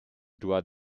doit